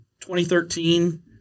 2013